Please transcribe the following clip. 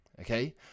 okay